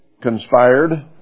conspired